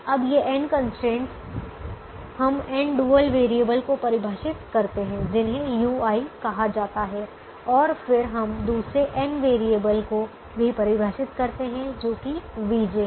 अब ये n constraints हम n डुअल वेरिएबल को परिभाषित करते हैं जिन्हें ui कहा जाता है और फिर हम दूसरे n वेरिएबल को भी परिभाषित करते हैं जो कि vj हैं